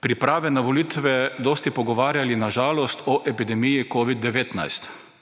priprave na volitve dosti pogovarjali na žalost o epidemiji covida-19.